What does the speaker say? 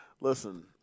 Listen